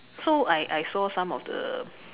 so I I saw some of the